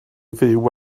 fyw